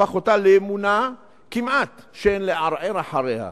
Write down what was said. הפך אותה לאמונה כמעט, שאין לערער אחריה,